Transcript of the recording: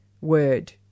word